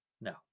No